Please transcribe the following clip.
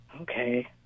Okay